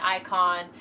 icon